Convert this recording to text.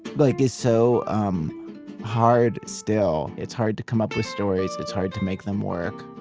but like is so um hard still. it's hard to come up with stories, it's hard to make them work.